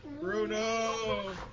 Bruno